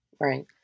Right